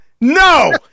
No